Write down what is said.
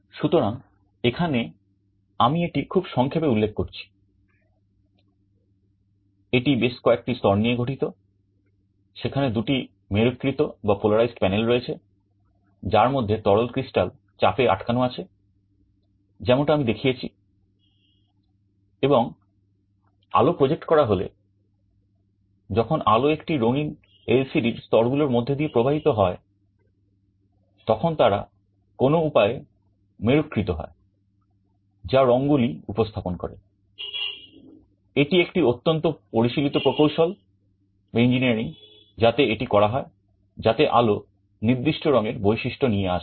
সুতরাং এখানে আমি এটি খুব সংক্ষেপে উল্লেখ করেছি এটি বেশ কয়েকটি স্তর নিয়ে গঠিত সেখানে 2 টি মেরুকৃত যাতে এটি করা হয় যাতে আলো নির্দিষ্ট রঙের বৈশিষ্ট্য নিয়ে আসে